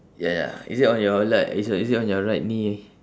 ya ya is it on your le~ is it is it on your right knee